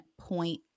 point